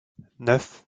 neuf